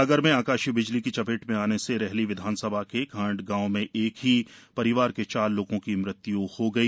सागर में आकाशीय बिजली की चपेट में आने से रहली विधानसभा के खांड़ गांव में एक ही परिवार के चार लोगों की मृत्यु हो गई